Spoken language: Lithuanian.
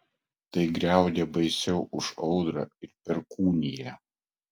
tai griaudė baisiau už audrą ir perkūniją